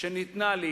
שניתנה לי